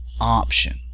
option